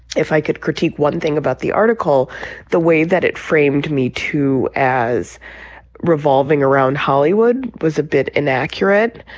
if i could critique one thing about the article the way that it framed me to as revolving around hollywood was a bit in accurate.